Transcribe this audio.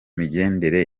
migendekere